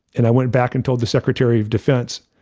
and i went back and told the secretary of defense,